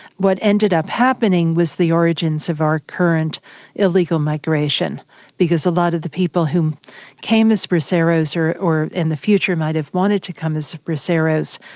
what ended up happening was the origins of our current illegal migration because a lot of the people who came as braceros or or in the future might have wanted to come as braceros,